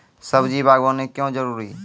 सब्जी बागवानी क्यो जरूरी?